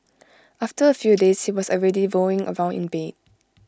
after A few days he was already rolling around in bed